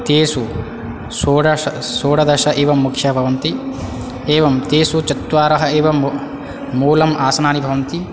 तेषि षोडश षोडश एव मुख्य भवन्ति एवं तेषु चत्वारः एव मू मूलम् आसनानि भवन्ति